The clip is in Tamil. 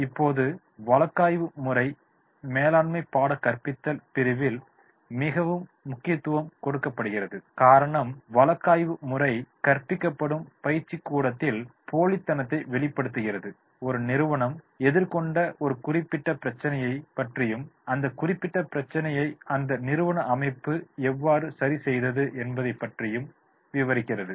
இப்போது வழக்காய்வுமுறை மேலாண்மை பாட கற்பித்தல் பிரிவில் மிகவும் முக்கியத்துவம் கொடுக்கப்படுகிறது காரணம் வழக்காய்வு முறை கற்பிக்கப்படும் பயிற்சிக்கூடத்தில் போலித்தனத்தை வெளிப்படுத்துகிறது ஒரு நிறுவனம் எதிர்கொண்ட ஒரு குறிப்பிட்ட பிரச்சினையைப் பற்றியும் அந்த குறிப்பிட்ட பிரச்சினையை அந்த நிறுவன அமைப்பு எவ்வாறு சரி செய்தது என்பதை பற்றி விவரிக்கிறது